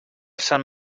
sant